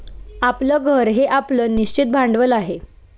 आपलं घर हे आपलं निश्चित भांडवल आहे